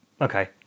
okay